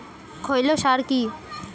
খৈল সার কি?